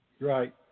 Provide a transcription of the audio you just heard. right